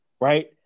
right